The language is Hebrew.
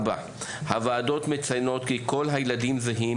הוועדות מציינות כי כל הילדים זהים,